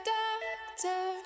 doctor